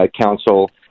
council